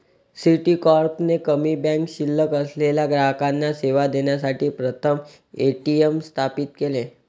Citicorp ने कमी bank शिल्लक असलेल्या ग्राहकांना सेवा देण्यासाठी प्रथम ए.टी.एम स्थापित केले